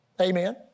Amen